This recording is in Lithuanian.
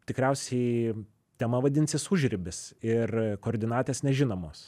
tikriausiai tema vadinsis užribis ir koordinatės nežinomos